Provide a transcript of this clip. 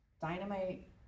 Dynamite